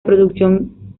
producción